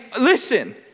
listen